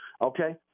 Okay